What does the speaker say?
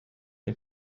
den